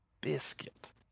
biscuit